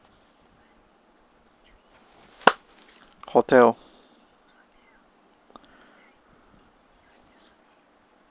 hotel